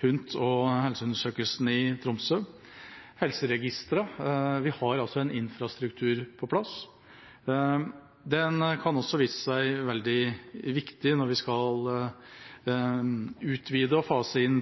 HUNT og helseundersøkelsen i Tromsø. Når det gjelder helseregistre, har vi en infrastruktur på plass. Den kan også vise seg veldig viktig når vi skal utvide og fase inn